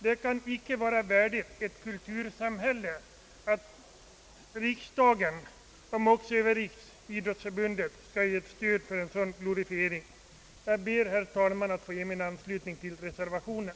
Det kan inte vara värdigt ett kultursamhälle att riksdagen — om också över Riksidrottsförbundet — skall stödja en sådan glorifiering. Jag ber, herr talman, att få ge min anslutning till reservationen.